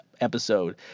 episode